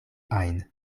ajn